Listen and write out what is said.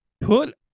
put